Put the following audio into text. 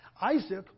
Isaac